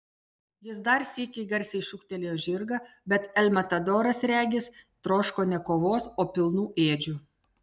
jis dar sykį garsiai šūktelėjo žirgą bet el matadoras regis troško ne kovos o pilnų ėdžių